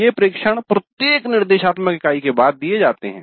ये प्रेक्षण प्रत्येक निर्देशात्मक इकाई के बाद दिए जाते हैं